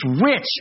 rich